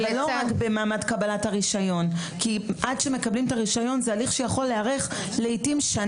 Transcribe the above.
ולא רק במעמד קבלת הרישיון אלא תוך כדי תנועה,